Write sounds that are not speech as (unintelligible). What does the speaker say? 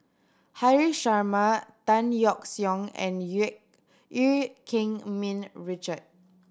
Haresh Sharma Tan Yeok Seong and (unintelligible) Keng Min Richard